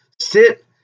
sit